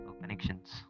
connections